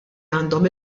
għandhom